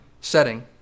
setting